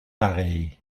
pareil